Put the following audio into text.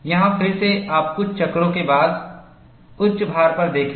यहां फिर से आप कुछ चक्रों के बाद उच्च भार पर देखें